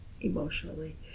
emotionally